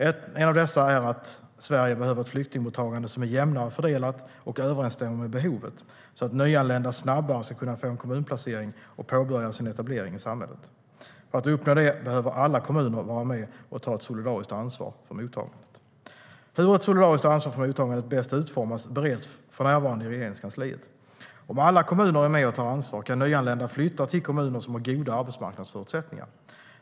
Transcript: En av dessa är att Sverige behöver ett flyktingmottagande som är jämnare fördelat och överensstämmer med behovet, så att nyanlända snabbare ska kunna få en kommunplacering och påbörja sin etablering i samhället. För att uppnå det behöver alla kommuner vara med och ta ett solidariskt ansvar för mottagandet. Hur ett solidariskt ansvar för mottagandet bäst utformas bereds för närvarande i Regeringskansliet. Om alla kommuner är med och tar ansvar kan nyanlända flytta till kommuner som har goda arbetsmarknadsförutsättningar.